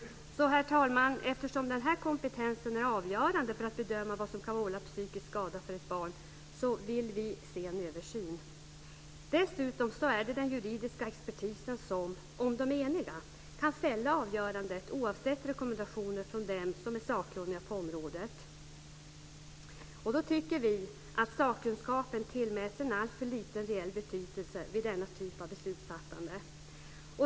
Herr talman! Eftersom denna kompetens är avgörande för att bedöma vad som kan vålla psykisk skada för ett barn, vill vi se en översyn. Dessutom är det den juridiska expertisen som, om den är enig, kan fälla avgörandet oavsett rekommendationer från dem som är sakkunniga på området. Vi tycker att sakkunskapen tillmäts en alltför liten reell betydelse vid denna typ av beslutsfattande.